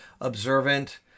observant